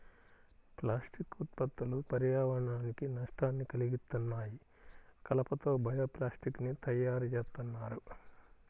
plastic ఉత్పత్తులు పర్యావరణానికి నష్టాన్ని కల్గిత్తన్నాయి, కలప తో బయో ప్లాస్టిక్ ని తయ్యారుజేత్తన్నారు